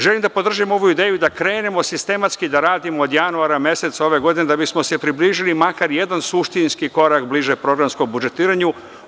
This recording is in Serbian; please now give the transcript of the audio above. Želim da podržim ovu ideju da krenemo sistematski da radimo od januara meseca ove godine da bismo se približili makar jedan suštinski korak bliže programskom budžetiranju.